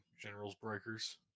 Generals-Breakers